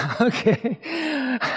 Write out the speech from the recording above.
Okay